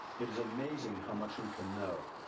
it is amazing how much we can know,